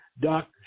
Doc